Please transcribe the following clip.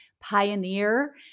pioneer